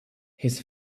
his